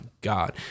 God